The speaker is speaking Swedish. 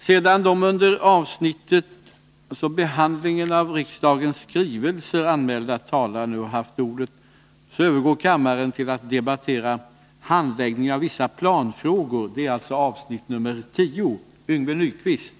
Sedan den under avsnittet Internationella studentfonden i Geneve anmälde talaren nu haft ordet övergår kammaren till att debattera Vissa frågor rörande energipolitiken.